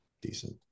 decent